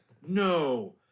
No